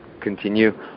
continue